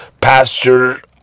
pasture